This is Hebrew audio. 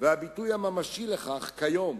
והביטוי הממשי לכך כיום